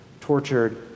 tortured